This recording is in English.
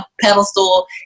pedestal